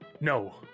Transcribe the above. no